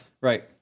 Right